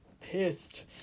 pissed